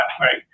Right